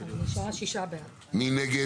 הצבעה בעד, 6 נגד,